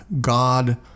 God